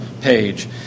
page